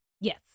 Yes